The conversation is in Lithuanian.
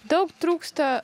daug trūksta